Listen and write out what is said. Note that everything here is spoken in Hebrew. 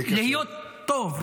להיות טוב,